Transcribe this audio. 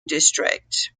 district